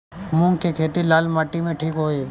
मूंग के खेती लाल माटी मे ठिक होई?